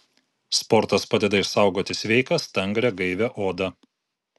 sportas padeda išsaugoti sveiką stangrią gaivią odą